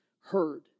heard